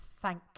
Thank